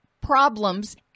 problems